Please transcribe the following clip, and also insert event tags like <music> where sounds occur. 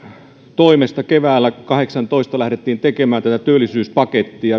toimesta keväällä kaksituhattakahdeksantoista lähdettiin tekemään työllisyyspakettia <unintelligible>